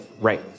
right